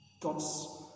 God's